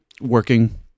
working